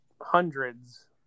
hundreds